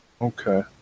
Okay